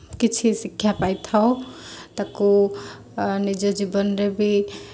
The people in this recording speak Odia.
କିଛି ଶିକ୍ଷା ପାଇଥାଉ ତାକୁ ନିଜ ଜୀବନରେ ବି